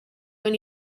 when